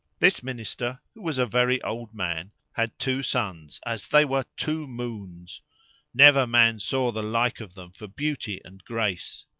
this minister, who was a very old man, had two sons, as they were two moons never man saw the like of them for beauty and grace,